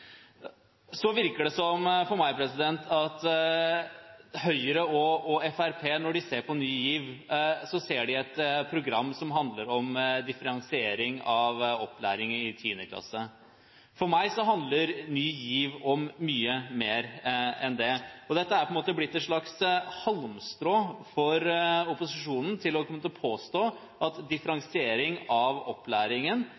Det virker for meg som at når Høyre og Fremskrittspartiet ser på Ny GIV, ser de et program som handler om differensiering av opplæring i 10. klasse. For meg handler Ny GIV om mye mer enn det. Dette er på en måte blitt et slags halmstrå for opposisjonen for å kunne påstå at